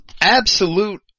absolute